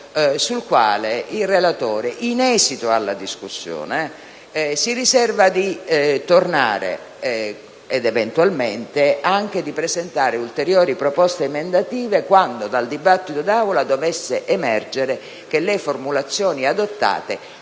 sul quale il relatore, in esito alla discussione, si riserva di tornare ed eventualmente anche di presentare ulteriori proposte emendative, qualora dal dibattito in Assemblea dovesse emergere che le formulazioni adottate